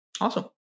awesome